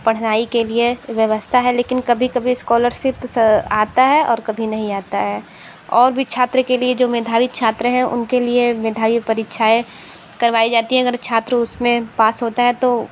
पढ़ाई के लिए व्यवस्था है लेकिन कभी कभी इस्कालरसिप्स आता है और कभी नहीं आता है और भी छात्र के लिए जो मेधावी छात्र हैं उनके लिए मेधावी परीक्षाएं करवाई जाती है अगर छात्र उस में पास होता है तो